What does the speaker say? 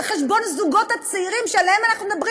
על חשבון הזוגות הצעירים שעליהם אנחנו מדברים